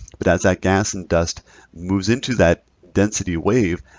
but as that gas and dust moves into that density wave,